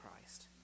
Christ